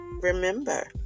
remember